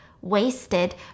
wasted